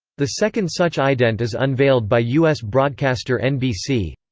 the second such ident is unveiled by us broadcaster nbc.